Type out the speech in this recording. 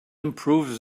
improves